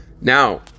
Now